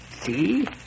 See